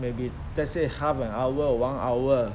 maybe let's say half an hour or one hour